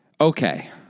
okay